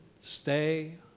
stay